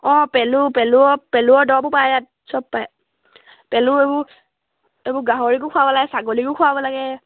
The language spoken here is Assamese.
অঁ পেলু পেলুৰ পেলুৰ দৰবো পায় ইয়াত চব পাই পেলু এইবোৰ এইবোৰ গাহৰিকো খোৱাব লাগে ছাগলীকো খুৱাব লাগে